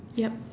yup